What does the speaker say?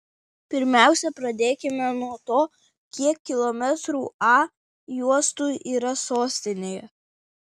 pirmiausia pradėkime nuo to kiek kilometrų a juostų yra sostinėje